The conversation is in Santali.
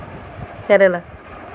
ᱠᱮᱨᱟᱞᱟ